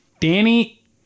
Danny